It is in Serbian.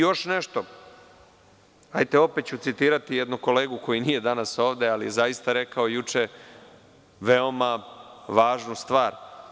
Još nešto, hajde, opet ću citirati jednog kolegu koji nije danas ovde, ali zaista je rekao juče veoma važnu stvar.